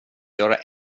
göra